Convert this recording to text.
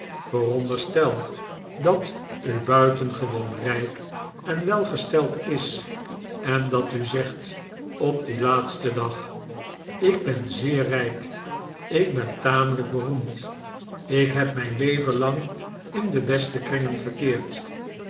veronderstel dat u buitengewoon rijk en welgesteld is en dat u zegt op dien laatsten dag ik ben zeer rijk ik ben tamelijk beroemd ik heb mijn leven lang in de beste kringen verkeerd